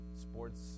sports